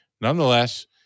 Nonetheless